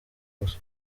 gusa